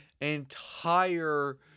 entire